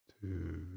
two